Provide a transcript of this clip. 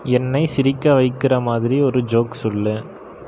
என்னை சிரிக்க வைக்கிற மாதிரி ஒரு ஜோக் சொல்